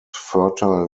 fertile